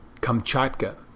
Kamchatka